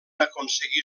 aconseguir